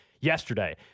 yesterday